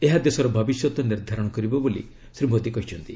ଏହା ଦେଶର ଭବିଷ୍ୟତ ନିର୍ଦ୍ଧାରଣ କରିବ ବୋଲି ଶ୍ରୀ ମୋଦୀ କହିଛନ୍ତି